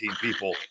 people